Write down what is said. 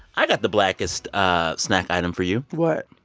i got the blackest ah snack item for you what?